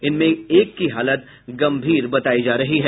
इनमें एक की हालत गंभीर बतायी जा रही है